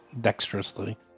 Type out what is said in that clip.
dexterously